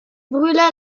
brûla